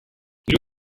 hiru